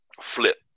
flip